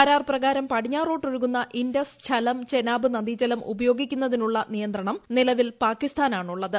കരാർ പ്രകാരം പടിഞ്ഞാറോട്ടൊഴുകുന്ന ഇൻഡസ് ത്സലം ചെനാബ് നദീജലം ഉപയോഗിക്കുന്നതിനുള്ള നിയന്ത്രണം നിലവിൽ പാകിസ്ഥാനാനുള്ളത്